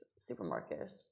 supermarket